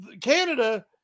Canada